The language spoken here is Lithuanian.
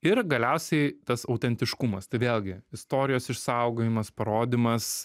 ir galiausiai tas autentiškumas tai vėlgi istorijos išsaugojimas parodymas